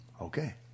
Okay